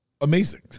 amazing